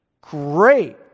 Great